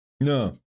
No